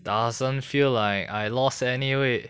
doesn't feel like I lost any weight